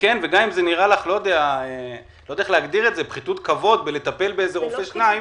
גם אם זה נראה לך פחיתות כבוד בלטפל באיזה רופא או שניים.